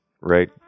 Right